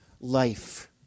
life